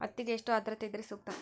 ಹತ್ತಿಗೆ ಎಷ್ಟು ಆದ್ರತೆ ಇದ್ರೆ ಸೂಕ್ತ?